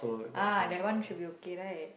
ah that one should be okay right